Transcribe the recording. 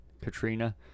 Katrina